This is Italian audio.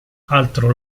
altro